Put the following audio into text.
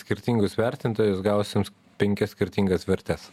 skirtingus vertintojus gausim penkias skirtingas vertes